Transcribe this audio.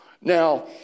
Now